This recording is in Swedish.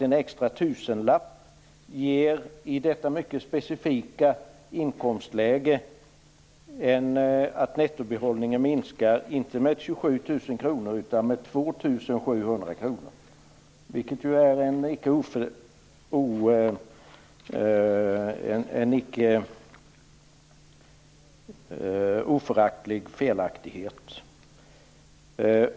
En extra tusenlapp gör i detta specifika inkomstläge att nettobehållningen minskar, inte med 27 000 kr utan med 2 700 kr, vilket ju icke är en oföraktlig felaktighet.